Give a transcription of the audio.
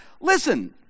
Listen